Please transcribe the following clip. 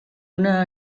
una